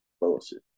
Bullshit